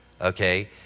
Okay